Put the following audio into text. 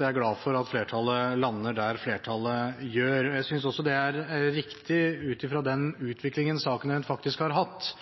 at flertallet lander der flertallet gjør. Jeg synes det er riktig også ut ifra den utviklingen saken rent faktisk har hatt.